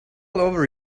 over